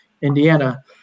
Indiana